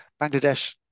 Bangladesh